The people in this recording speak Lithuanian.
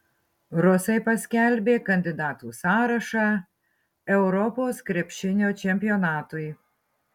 rusai paskelbė kandidatų sąrašą europos krepšinio čempionatui